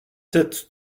sept